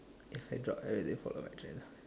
if they drop